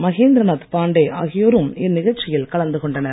மகேந்திர நாத் பாண்டே ஆகியோரும் இந்நிகழ்ச்சியில் கலந்து கொண்டனர்